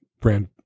brand